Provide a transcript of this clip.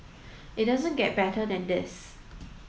it doesn't get better than this